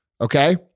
Okay